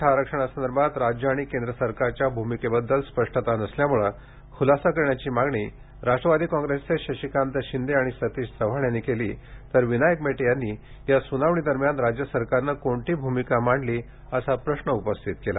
मराठा आरक्षणासंदर्भात राज्य आणि केंद्र सरकारच्या भूमिकेबद्दल स्पष्टता नसल्यामुळे खुलासा करण्याची मागणी राष्ट्रवादी काँग्रेसचे शशिकांत शिंदे आणि सतीश चव्हाण यांनी केली तर विनायक मेटे यांनी या सुनावणी दरम्यान राज्य सरकारने कोणती भूमिका मांडली असा असा प्रश्न उपस्थित केला